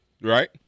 Right